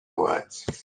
words